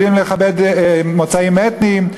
יודעים לכבד מוצאים אתניים.